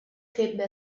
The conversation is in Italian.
crebbe